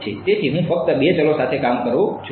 તેથી હું ફક્ત બે ચલો સાથે કામ કરું છું